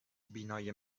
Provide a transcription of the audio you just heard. بینایی